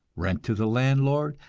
rent to the landlord,